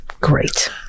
Great